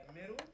Middle